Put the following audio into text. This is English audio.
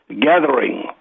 gathering